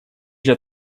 для